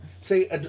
say